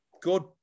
good